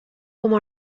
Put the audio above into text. como